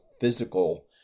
physical